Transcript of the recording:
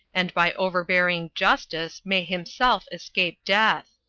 and by overbearing justice may himself escape death.